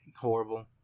horrible